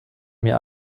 mir